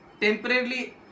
temporarily